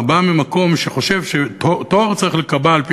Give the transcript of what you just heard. בא ממקום שחושב שתור צריך להיקבע על-פי